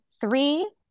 Three